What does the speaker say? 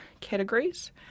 categories